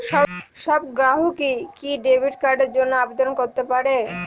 সব গ্রাহকই কি ডেবিট কার্ডের জন্য আবেদন করতে পারে?